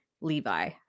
Levi